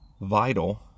vital